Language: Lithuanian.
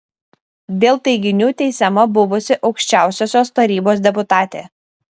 dėl teiginių teisiama buvusi aukščiausiosios tarybos deputatė